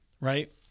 right